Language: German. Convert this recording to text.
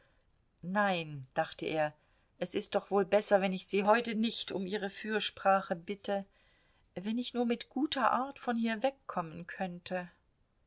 nein dachte er es ist doch wohl besser wenn ich sie heute nicht um ihre fürsprache bitte wenn ich nur mit guter art von hier wegkommen könnte